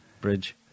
bridge